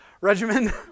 Regimen